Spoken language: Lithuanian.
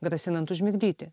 grasinant užmigdyti